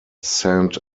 saint